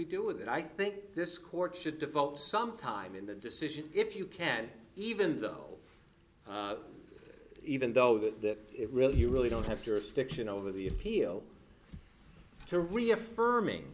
do with it i think this court should devote some time in the decision if you can even though even though that it really you really don't have jurisdiction over the appeal to reaffirming